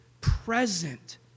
present